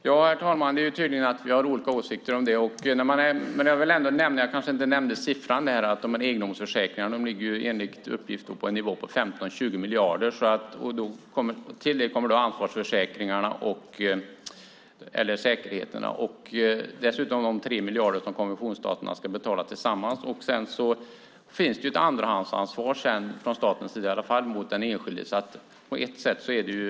Herr talman! Det är tydligt att Johan Löfstrand och jag har olika åsikter om det. Jag kanske inte nämnde nivåerna på egendomsförsäkringarna, men de ligger enligt uppgift på 15-20 miljarder. Till det kommer ansvarsförsäkringarna eller säkerheterna och dessutom de 3 miljarder som konventionsstaterna ska betala tillsammans. Det finns också ett andrahandsansvar från statens sida, i alla fall mot den enskilde.